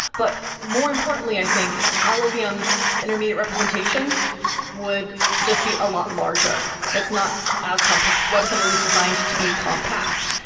but more importantly i think, ah llvm's intermediate representation would just be a lot larger it's not as compact, web assembly is designed to be compact.